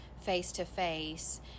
face-to-face